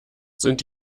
sind